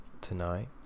tonight